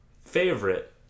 favorite